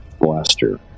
Blaster